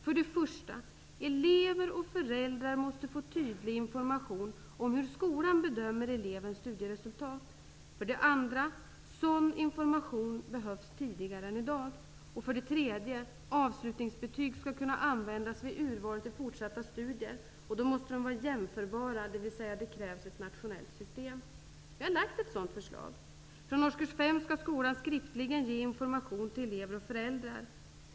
För det första måste elever och föräldrar få tydlig information om hur skolan bedömer elevens studieresultat. För det andra behövs sådan information tidigare än i dag. För det tredje måste avslutningsbetyg kunna användas vid urval till fortsatta studier och då måste de vara jämförbara, dvs. det krävs ett nationellt system. Vi har lagt fram ett sådant förslag. Från årskurs 5 skall skolan skriftligen ge information till elever och föräldrar.